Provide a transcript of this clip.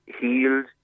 healed